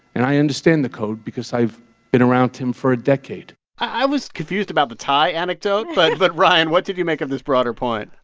and i understand the code because i've been around him for a decade i was confused about the tie anecdote but, but ryan, what did you make of this broader point?